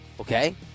Okay